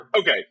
Okay